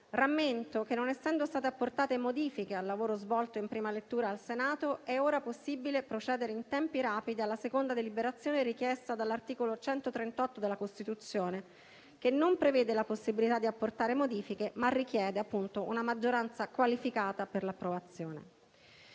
Rammento che, non essendo state apportate modifiche al lavoro svolto in prima lettura al Senato, è ora possibile procedere in tempi rapidi alla seconda deliberazione richiesta dall'articolo 138 della Costituzione, che non prevede la possibilità di apportare modifiche, ma richiede una maggioranza qualificata per l'approvazione.